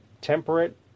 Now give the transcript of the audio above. temperate